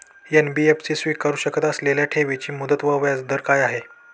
NBFC स्वीकारु शकत असलेल्या ठेवीची मुदत व व्याजदर काय आहे?